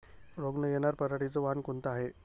रोग न येनार पराटीचं वान कोनतं हाये?